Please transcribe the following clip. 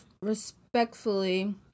respectfully